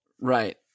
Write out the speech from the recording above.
Right